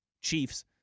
Chiefs